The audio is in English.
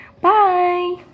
Bye